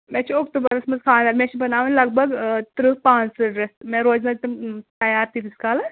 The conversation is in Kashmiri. مےٚ چھُ اَکتوٗبَرَس منٛز خاندَر مےٚ چھِ بَناوٕنۍ لگ بگ تٕرٛہ پانٛژھ تٕرٛہ ڈرٛیس مےٚ روزنہ تِم تیار تیٖتِس کالَس